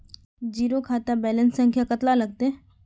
Zero खाता balance संख्या कतला लगते?